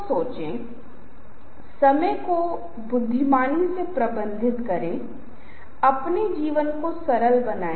foreground और background colours में बहुत ज्यादा मात्रा में कंट्रास्ट नहीं होना चाहिए क्योंकि तब यह आंख पर जोर डालता है